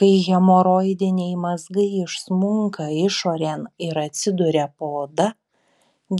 kai hemoroidiniai mazgai išsmunka išorėn ir atsiduria po oda